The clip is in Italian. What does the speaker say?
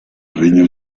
regno